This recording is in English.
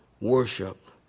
Worship